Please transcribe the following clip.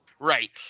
Right